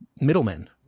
middlemen